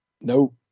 no